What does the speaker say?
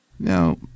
Now